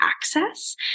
access